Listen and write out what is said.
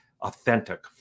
authentic